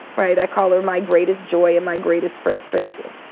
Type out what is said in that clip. right? i call her my greatest joy and my greatest frustration.